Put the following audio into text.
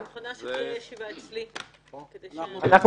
אני מוכנה שתתקיים ישיבה אצלי כדי --- אנחנו